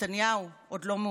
נתניהו, עוד לא מאוחר,